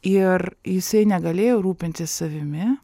ir jisai negalėjo rūpintis savimi